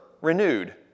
renewed